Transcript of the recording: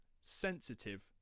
sensitive